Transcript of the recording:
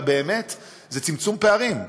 אלא באמת זה צמצום פערים,